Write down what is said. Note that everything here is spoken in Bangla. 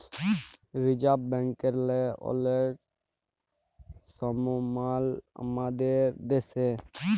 রিজাভ ব্যাংকেরলে অলেক সমমাল আমাদের দ্যাশে